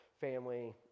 family